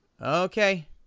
okay